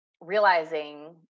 realizing